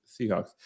Seahawks